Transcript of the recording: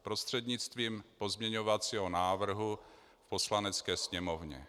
Prostřednictvím pozměňovacího návrhu v Poslanecké sněmovně.